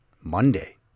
Monday